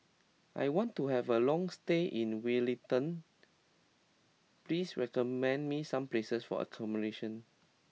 I want to have a long stay in Wellington please recommend me some places for accommodation